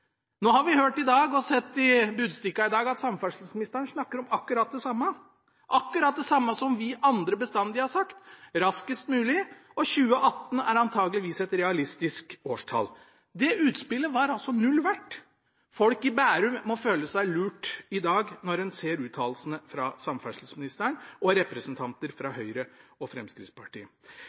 Nå har vi hørt i dag, og sett i Budstikka i dag, at samferdselsministeren snakker om akkurat det samme – akkurat det samme som vi andre bestandig har sagt: raskest mulig, og at 2018 antakeligvis er et realistisk årstall. Det utspillet var altså null verdt. Folk i Bærum må føle seg lurt i dag når de ser uttalelsene fra samferdselsministeren og representanter fra Høyre og Fremskrittspartiet.